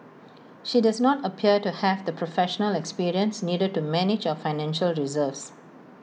she does not appear to have the professional experience needed to manage our financial reserves